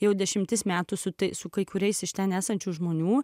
jau dešimtis metų su su kai kuriais iš ten esančių žmonių